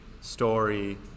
story